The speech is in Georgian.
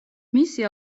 მისი